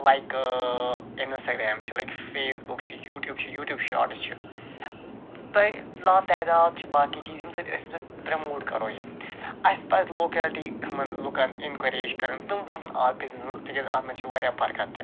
like Instagram چھِ like Facebook چھِ YouTube چھِ یوٗٹیوب شاٹٕس چھِ بیٚیہِ لاتعداد چھِ باقی چیٖز ییٚمہِ سۭتۍ أسۍ پرٛموٹ کَرو یہِ اَسہِ پَزِ لوکیلٹی ہُمن لُکن اِنکوریج کَرُن تِم وَسن تِکیٛازِ اتھ منٛز چھِ وارِیاہ برکت تہِ